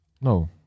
no